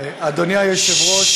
אדוני היושב-ראש,